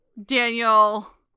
Daniel